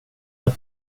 med